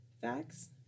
facts